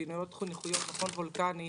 פעילויות חינוכיות במכון וולקני,